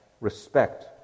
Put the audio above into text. respect